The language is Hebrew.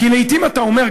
כי לעתים אתה אומר,